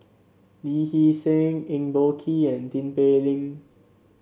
Lee Hee Seng Eng Boh Kee and Tin Pei Ling